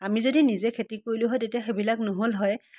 আমি যদি নিজে খেতি কৰিলোঁ হয় তেতিয়া সেইবিলাক নহ'ল হয়